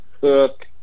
hook